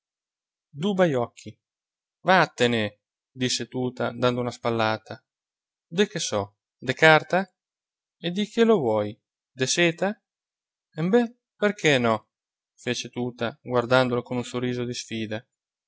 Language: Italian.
du bajocchi vattene disse tuta dando una spallata de che so de carta e di che lo vuoi de seta mbè perché no fece tuta guardandolo con un sorriso di sfida